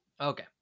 Okay